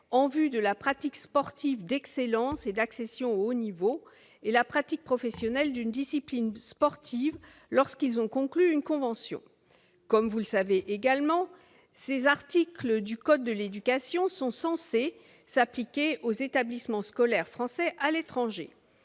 en vue de la pratique sportive d'excellence et d'accession au haut niveau, et la pratique professionnelle d'une discipline sportive lorsqu'ils ont conclu une convention. Comme vous le savez également, ces articles du code de l'éducation sont censés s'appliquer aux établissements scolaires français à l'étranger.